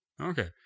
Okay